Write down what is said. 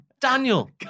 Daniel